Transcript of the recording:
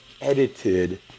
edited